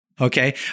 Okay